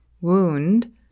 wound